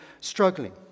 struggling